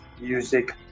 music